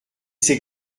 ses